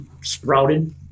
sprouted